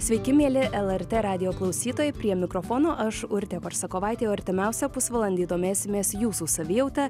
sveiki mieli lrt radijo klausytojai prie mikrofono aš urtė korsakovaitė o artimiausią pusvalandį domėsimės jūsų savijauta